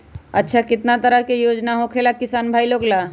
अच्छा कितना तरह के योजना होखेला किसान भाई लोग ला?